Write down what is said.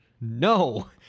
No